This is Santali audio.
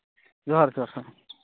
ᱡᱚᱦᱟᱨ ᱡᱚᱦᱟᱨ ᱦᱮᱸ